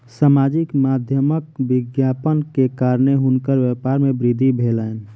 सामाजिक माध्यमक विज्ञापन के कारणेँ हुनकर व्यापार में वृद्धि भेलैन